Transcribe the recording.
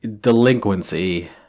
delinquency